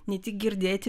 ne tik girdėti